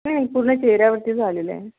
पूर्ण चेहऱ्यावरती झालेलं आहे